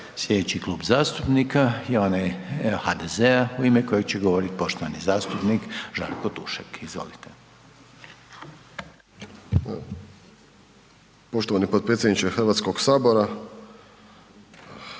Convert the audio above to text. Sljedeći klub zastupnika je onaj HDZ-a u ime kojega će govoriti poštovani zastupnik Žarko Tušek. Izvolite. **Tušek, Žarko (HDZ)** Poštovani potpredsjedniče Hrvatskog sabora,